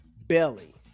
Belly